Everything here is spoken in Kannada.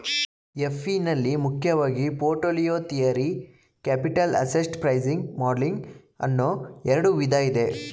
ಎಫ್.ಇ ನಲ್ಲಿ ಮುಖ್ಯವಾಗಿ portfolio theory, capital asset pricing modelling ಅನ್ನೋ ಎರಡು ವಿಧ ಇದೆ